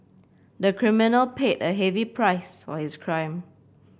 the criminal paid a heavy price for his crime